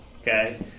Okay